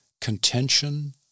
contention